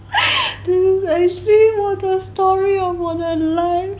actually 我的 story of 我的 life